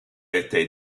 été